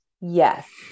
Yes